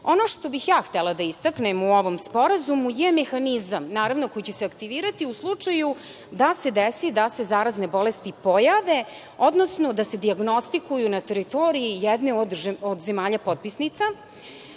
što bih ja htela da istaknem u ovom sporazumu je mehanizam koji će se aktivirati u slučaju da se desi da se zarazne bolesti pojave, odnosno da se dijagnostikuju na teritoriji jedne od zemalja potpisnica